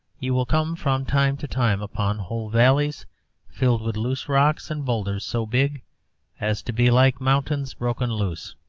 you will come from time to time upon whole valleys filled with loose rocks and boulders, so big as to be like mountains broken loose.